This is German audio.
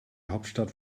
hauptstadt